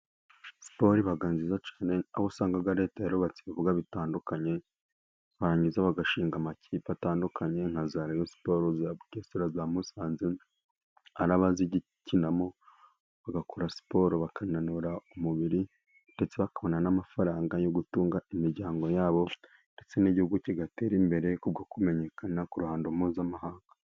siporo iba nziza cyane, aho usanga Leta yarubatse ibibuga bitandukanye, barangiza bagashinga amakipe atandukanye nka za Reyo siporo, za Bugesera, za Musanze. Ari abazikinamo bagakora siporo bakananura umubiri, ndetse bakabona n'amafaranga yo gutunga imiryango yabo, ndetse n'igihugu kigatera imbere, kubwo kumenyekana ku ruhando mpuzamahanga.